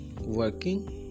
working